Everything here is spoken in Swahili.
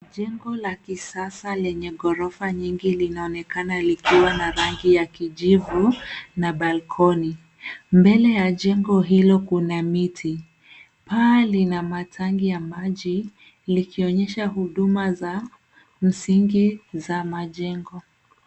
Jengo la kisasa lenye ghorofa nyingi linaonekana likiwa na rangi ya kijivu na balkoni. Mbele ya jengo hilo kuna miti. Paa lina matangi ya maji likionyesha huduma za msingi za majengo.